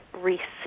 respect